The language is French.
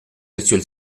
monsieur